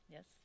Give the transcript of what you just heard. Yes